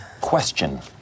Question